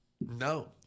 No